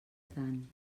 tant